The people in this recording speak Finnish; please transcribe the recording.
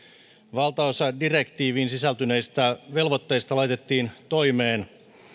valtaosa direktiiviin sisältyneistä velvoitteista laitettiin toimeen